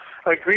agree